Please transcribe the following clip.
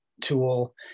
tool